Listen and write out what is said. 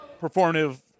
performative